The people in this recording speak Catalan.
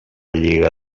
lliga